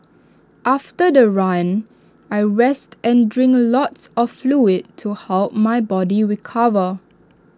after the run I rest and drink A lots of fluid to help my body to recover